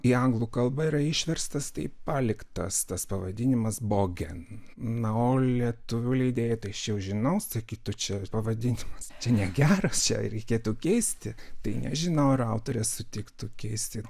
į anglų kalbą yra išverstas tai paliktas tas pavadinimas bogen na o lietuvių leidėjai tai aš jau žinau sakytų čia pavadinimas čia negeras čia reikėtų keisti tai nežinau ar autorė sutiktų keisti